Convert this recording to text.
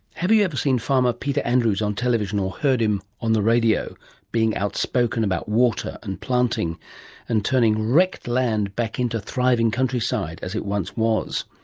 have you ever seen farmer peter andrews on television or heard him on the radio being outspoken about water and planting and turning wrecked land back into thriving countryside as it once was?